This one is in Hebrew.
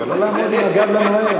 אבל לא לעמוד עם הגב לנואם.